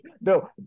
No